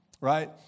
Right